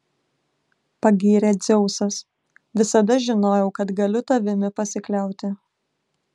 pagyrė dzeusas visada žinojau kad galiu tavimi pasikliauti